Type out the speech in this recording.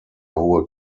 hohe